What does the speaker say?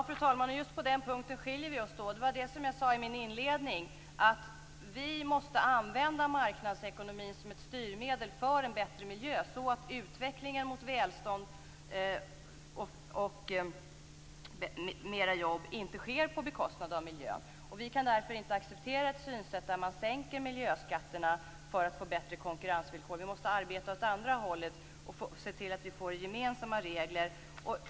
Fru talman! Just på den punkten skiljer vi oss åt. Jag sade i min inledning att vi måste använda marknadsekonomin som ett styrmedel för en bättre miljö, så att utvecklingen mot välstånd och fler jobb inte sker på bekostnad av miljön. Vi kan därför inte acceptera ett synsätt där man sänker miljöskatterna för att få bättre konkurrensvillkor. Vi måste arbeta åt andra hållet och se till att vi får gemensamma regler.